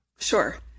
Sure